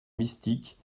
mystique